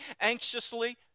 anxiously